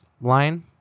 line